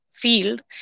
field